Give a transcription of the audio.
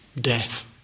death